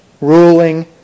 ruling